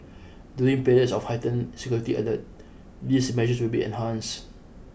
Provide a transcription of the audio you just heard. during periods of heightened security alert these measures will be enhanced